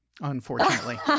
Unfortunately